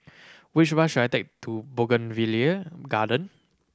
which bus should I take to Bougainvillea Garden